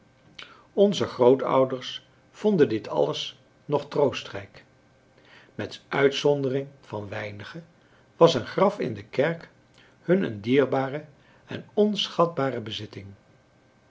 onze grootouders vonden dit alles nog troostrijk met uitzondering van weinige was een graf in de kerk hun een dierbare een onschatbare bezitting